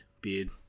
beard